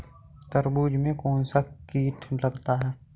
तरबूज में कौनसा कीट लगता है?